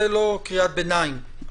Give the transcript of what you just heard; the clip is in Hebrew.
זה לא קריאת ביניים.